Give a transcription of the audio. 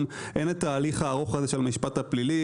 אין את ההליך הארוך של המשפט הפלילי.